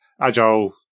agile